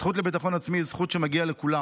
הזכות לביטחון עצמי היא זכות שמגיעה לכולם,